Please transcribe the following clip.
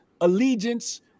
allegiance